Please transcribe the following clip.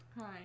Hi